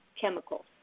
chemicals